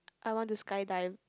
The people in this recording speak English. I want to skydive